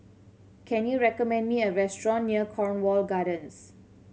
can you recommend me a restaurant near Cornwall Gardens